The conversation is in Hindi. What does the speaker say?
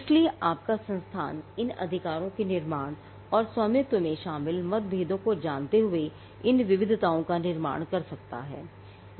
इसलिए आपका संस्थान इन अधिकारों के निर्माण और स्वामित्व में शामिल मतभेदों को जानते हुए इन विविधताओं का निर्माण कर सकता है